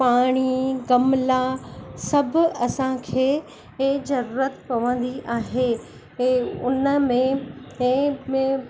पाणी गमला सभु असांखे इहा ज़रूरत पवंदी आहे हे उन में हिन में